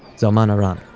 zalman aran